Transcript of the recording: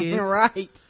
right